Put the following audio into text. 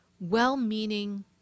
well-meaning